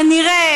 כנראה,